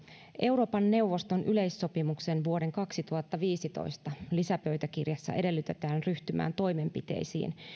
euroopan neuvoston yleissopimuksen vuoden kaksituhattaviisitoista lisäpöytäkirjassa edellytetään ryhtymään toimenpiteisiin